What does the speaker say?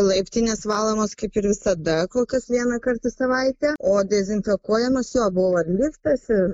laiptinės valomos kaip ir visada kol kas vieną kart į savaitę o dezinfekuojamas jo buvo liftas ir